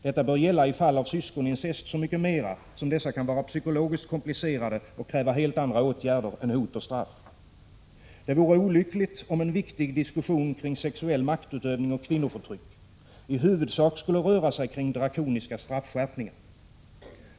Detta bör gälla i fall av syskonincest så mycket mera som dessa kan vara psykologiskt komplicerade och kräva helt andra åtgärder än hot och straff. Det vore olyckligt, om en viktig diskussion kring sexuell maktutövning och kvinnoförtryck i huvudsak skulle röra sig kring drakoniska straffskärpningar.